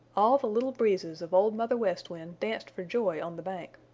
all the little breezes of old mother west wind danced for joy on the bank.